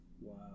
Wow